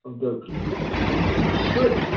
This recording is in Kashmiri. عبدُل کٔیوٗم صٲب وُچھِو حظ